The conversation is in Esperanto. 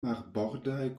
marbordaj